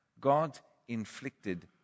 God-inflicted